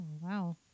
wow